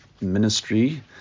ministry